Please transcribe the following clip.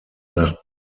nach